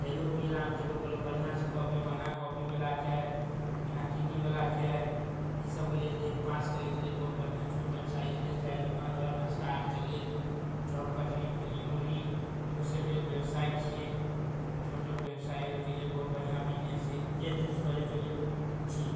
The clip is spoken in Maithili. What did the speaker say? चाइओ पिबैलए आबै छै लोक कहलक बढ़िआँसँ कॉफी बना कॉफीवला चाइ बिना चिन्नीवला चाइ ईसबके लेल टाइमपास करैके लेल बहुत बढ़िआँ छोट बेबसाइके लेल चाइके दोकान आओर नाश्ता आओरके लेल चॉप कचरी झिल्ली मुड़ही इहोसब लेल बेबसाइ छिए छोट बेबसाइ आओरके लेल बहुत बढ़िआँ बिजनेस छै जे चीज करैके लेल छी